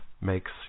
makes